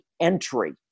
entry